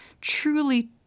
truly